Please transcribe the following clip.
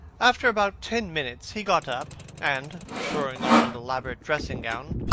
after about ten minutes he got up, and throwing on an elaborate dressing-gown